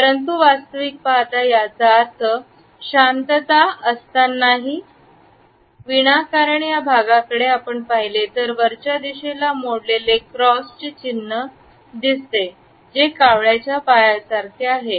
परंतु वास्तविक पाहता याचा अर्थ शांतता असतानाही कारण या भागाकडे आपण पाहिले तर वरच्या दिशेला मोडलेले क्रॉस चे चिन्ह दिसते कावळ्याच्या पायासारखे आहे